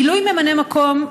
מינוי ממלא מקום,